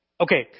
Okay